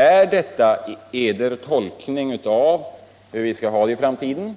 Är detta en uppfattning om hur vi skall ha det i framtiden